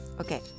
Okay